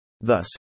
Thus